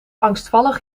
angstvallig